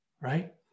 right